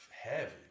heavy